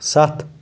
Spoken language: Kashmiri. ستھ